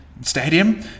stadium